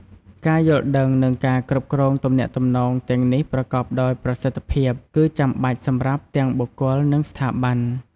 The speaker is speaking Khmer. ការយល់ដឹង និងការគ្រប់គ្រងទំនាក់ទំនងទាំងនេះប្រកបដោយប្រសិទ្ធភាពគឺចាំបាច់សម្រាប់ទាំងបុគ្គល និងស្ថាប័ន។